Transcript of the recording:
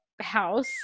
house